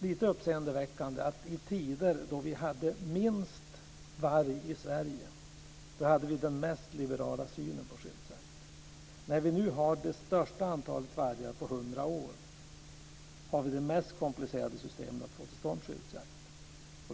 lite uppseendeväckande att i tider då det fanns få vargar i Sverige fanns den mest liberala synen på skyddsjakt. När vi nu har det största antalet vargar på hundra år har vi det mest komplicerade systemet att få till stånd skyddsjakt.